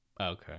okay